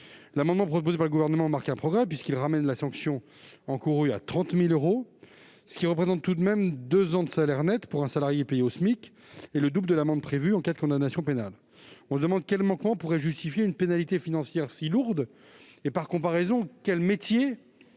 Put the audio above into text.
L'amendement proposé par le Gouvernement constitue un progrès, puisqu'il tend à ramener la sanction encourue à 30 000 euros, ce qui représente tout de même deux ans de salaires nets pour un salarié payé au SMIC et le double de l'amende prévue en cas de condamnation pénale. On se demande quels manquements pourraient justifier une pénalité financière si lourde, et, par comparaison, dans quels métiers